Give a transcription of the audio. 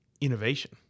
innovation